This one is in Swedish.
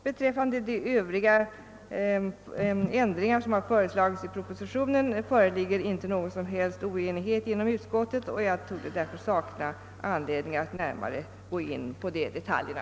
Beträffande de övriga ändringar som har föreslagits i propositionen föreligger inte någon som helst oenighet inom utskottet, och jag saknar därför anledning att närmare gå in på de detaljerna.